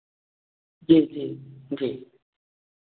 जी जी जी